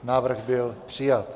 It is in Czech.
Návrh byl přijat.